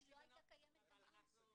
--- היא לא הייתה קיימת גם אז.